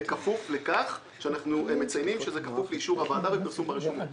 בכפוף לכך שאנחנו מציינים שזה כפוף לאישור הוועדה ופרסום ברשומות,